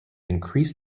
increased